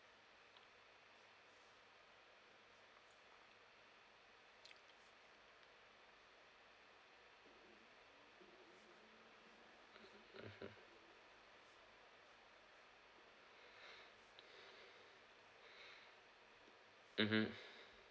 mmhmm mmhmm